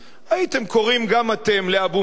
הייתם קוראים גם אתם לאבו מאזן,